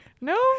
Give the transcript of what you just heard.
No